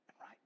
right